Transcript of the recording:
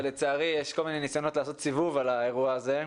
אבל לצערי יש כל מיני ניסיונות לעשות סיבוב על האירוע הזה,